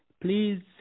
please